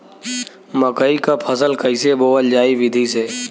मकई क फसल कईसे बोवल जाई विधि से?